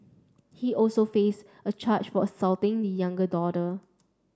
he also face a charge for assaulting the younger daughter